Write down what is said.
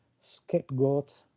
scapegoat